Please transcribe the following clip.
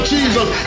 Jesus